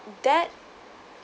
that